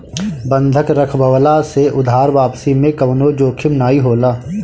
बंधक रखववला से उधार वापसी में कवनो जोखिम नाइ होला